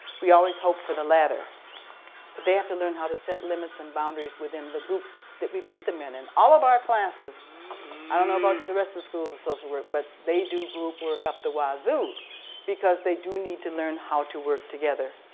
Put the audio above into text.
we always hope for the latter, but they have to learn how to set limits and boundaries within the groups that we put them in and all of our classes i don't know about the rest of the schools of social work but they do group work up the wazoo because they do need to learn how to work together.